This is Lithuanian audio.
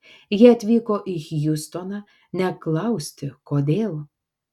jie atvyko į hjustoną ne klausti kodėl